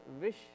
wish